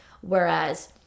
Whereas